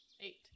eight